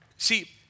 See